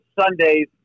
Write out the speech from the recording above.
Sundays